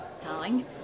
darling